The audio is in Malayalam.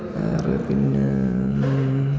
വേറെ പിന്നെ